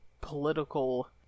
political